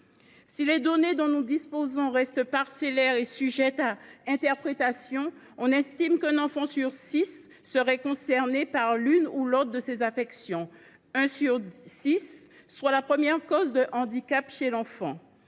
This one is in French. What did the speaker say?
Si les données dont nous disposons restent parcellaires et sujettes à interprétation, on estime qu’un enfant sur six serait concerné par l’une ou l’autre de ces affections, ce qui ferait de ces troubles la première cause de handicap chez l’enfant.